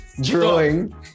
Drawing